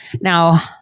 Now